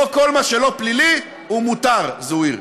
פה, כל מה שלא פלילי הוא מותר, זוהיר.